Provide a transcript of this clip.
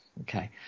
okay